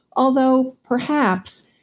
although perhaps.